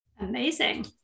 Amazing